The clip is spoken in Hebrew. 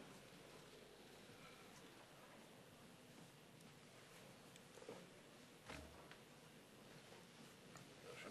בבקשה,